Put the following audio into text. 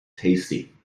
tasty